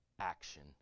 action